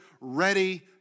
ready